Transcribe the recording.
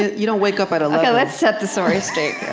you don't wake up at eleven let's set the story straight here